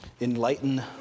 enlighten